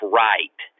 right